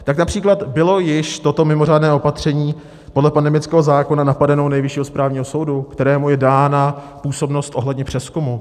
Tak například, bylo již toto mimořádné opatření podle pandemického zákona napadeno u Nejvyššího správního soudu, kterému je dána působnost ohledně přezkumu?